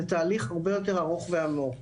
זה תהליך הרבה יותר ארוך ועמוק.